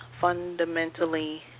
fundamentally